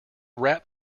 wrap